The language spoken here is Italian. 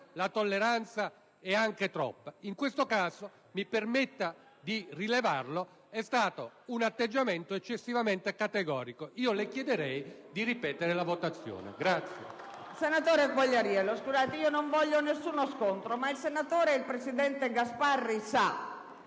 la tolleranza è anche troppa, in questo caso - mi permetta di rilevarlo - c'è stato un atteggiamento eccessivamente categorico. Io le chiederei di ripetere la votazione.